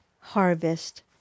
harvest